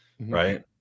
right